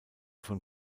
von